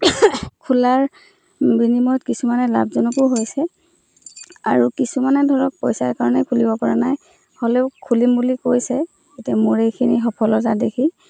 খোলাৰ বিনিময়ত কিছুমানে লাভজনকো হৈছে আৰু কিছুমানে ধৰক পইচাৰ কাৰণে খুলিব পৰা নাই হ'লেও খুলিম বুলি কৈছে এতিয়া মোৰ এইখিনি সফলতা দেখি